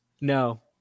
No